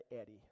Eddie